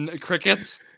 Crickets